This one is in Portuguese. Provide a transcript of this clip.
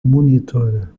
monitor